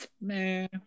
man